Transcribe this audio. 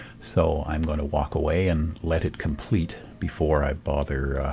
so, i'm going to walk away and let it complete before i bother